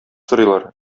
сорыйлар